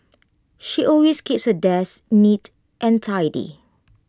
she always keeps her desk neat and tidy